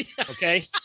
Okay